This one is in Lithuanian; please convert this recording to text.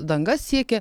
danga siekia